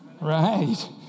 Right